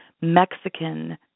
Mexican